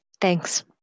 thanks